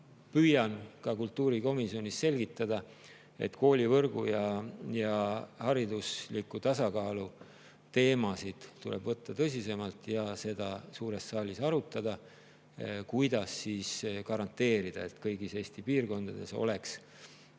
püüan ka kultuurikomisjonis selgitada, et koolivõrgu ja haridusliku tasakaalu teemasid tuleb võtta tõsisemalt ja [tuleb] suures saalis arutada, kuidas garanteerida, et kõigis Eesti piirkondades oleks